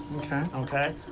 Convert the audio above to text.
mmkay. okay?